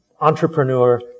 entrepreneur